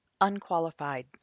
unqualified